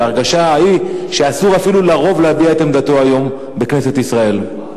וההרגשה היא שאסור אפילו לרוב להביע את עמדתו היום בכנסת ישראל.